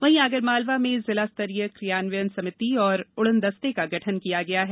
वहीं आगरमालवा में जिला स्तरीय क्रियान्वयन समिति व उडनदस्ते का गठन किया गया है